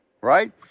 right